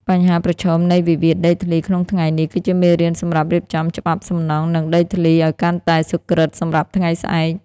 បញ្ហាប្រឈមនៃវិវាទដីធ្លីក្នុងថ្ងៃនេះ គឺជាមេរៀនសម្រាប់រៀបចំច្បាប់សំណង់ និងដីធ្លីឱ្យកាន់តែសុក្រឹតសម្រាប់ថ្ងៃស្អែក។